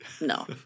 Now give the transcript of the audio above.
no